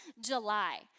July